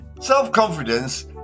self-confidence